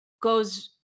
goes